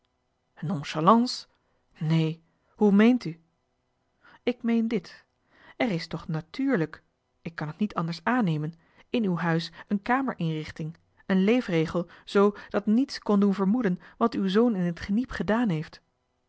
nonchalance neen hoe meent u ik meen dit er is toch natrlijk ik kan het niet anders aannemen in uw huis een kamerinrichting een leefregel zoo dat niets kon doen vermoeden wat uw zoon in het geniep gedaan heeft